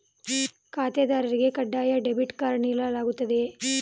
ಖಾತೆದಾರರಿಗೆ ಕಡ್ಡಾಯ debit card ನೀಡಲಾಗುತ್ತದೆಯೇ?